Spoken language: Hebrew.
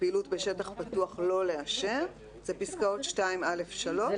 הפעילות בשטח פתוח, אלה פסקאות (2א3) ו-(2ב1).